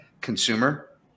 consumer